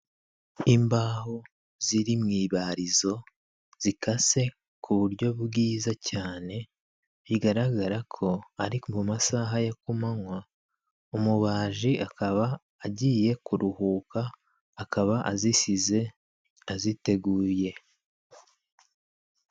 Imbaho ziri mu ibarizo zikase ku buryo bwiza cyane bigaragara ko ari mu masaha ya kumanywa umubaji akaba agiye kuruhuka akaba azisize aziteguye.